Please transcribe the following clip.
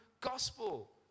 gospel